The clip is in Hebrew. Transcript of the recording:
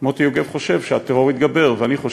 מוטי יוגב חושב שהטרור יתגבר,